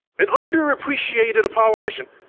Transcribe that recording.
an underappreciated apollo mission.